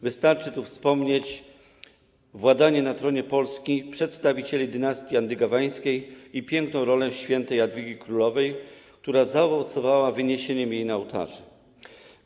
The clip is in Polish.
Wystarczy tu wspomnieć zasiadanie na tronie Polski przedstawicieli dynastii andegaweńskiej i piękną rolę św. Jadwigi królowej, która zaowocowała wyniesieniem jej na ołtarze.